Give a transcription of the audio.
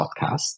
podcast